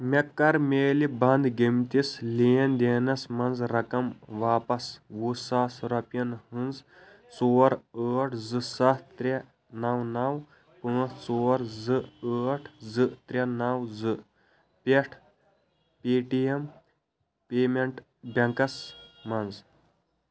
مےٚ کَر مِلہِ بند گٔمتِس لین دینس منٛز رَقم واپس وُہ ساس رۄپیِن ہٕنز ژور ٲٹھ زٕ سَتھ ترٛےٚ نو نو پاںٛژھ ژور زٕ ٲٹھ زٕ ترے نو زٕ پیٹھ پے ٹی ایٚم پیمیٚنٛٹ بیٚنٛکَس منٛز